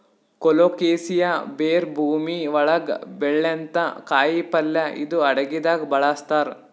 colocasia ಬೇರ್ ಭೂಮಿ ಒಳಗ್ ಬೆಳ್ಯಂಥ ಕಾಯಿಪಲ್ಯ ಇದು ಅಡಗಿದಾಗ್ ಬಳಸ್ತಾರ್